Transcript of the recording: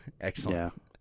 Excellent